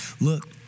look